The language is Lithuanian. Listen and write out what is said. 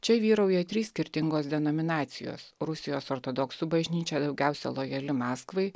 čia vyrauja trys skirtingos denominacijos rusijos ortodoksų bažnyčia daugiausia lojali maskvai